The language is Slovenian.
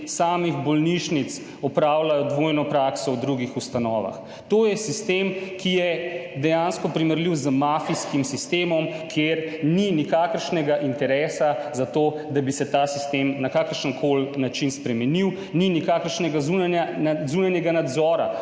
samih bolnišnic opravljajo dvojno prakso v drugih ustanovah. To je sistem, ki je dejansko primerljiv z mafijskim sistemom, kjer ni nikakršnega interesa za to, da bi se ta sistem na kakršen koli način spremenil, ni nikakršnega zunanjega nadzora